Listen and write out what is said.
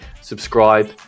subscribe